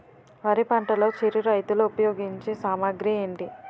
వరి పంటలో చిరు రైతులు ఉపయోగించే సామాగ్రి ఏంటి?